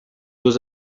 was